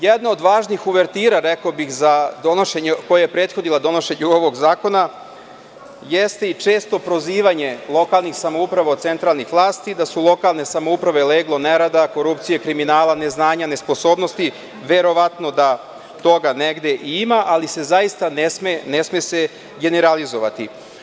Jedna od važnih uvertira, rekao bih, koja je prethodila donošenju ovog zakona jeste i često prozivanje lokalnih samouprava od centralnih vlasti da su lokalne samouprave leglo nerada, korupcije, kriminala, neznanja, nesposobnosti, verovatno da toga negde i ima, ali se zaista ne sme generalizovati.